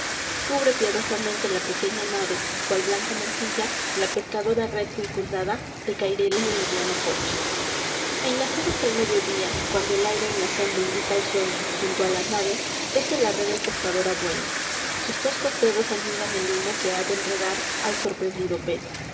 cubre piadosamente la pequeña nave cual blanca mantilla la pescadora red circundada de caireles de liviano corcho en las horas del medio día cuando el aire en la sombra invita al sueño junto a la nave teje la ve el pescador abuelo sus toscos dedos añudan el lino que ha de enredar al sorprendido pez